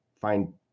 find